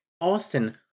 Austin